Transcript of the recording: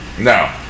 No